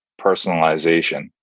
personalization